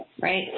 Right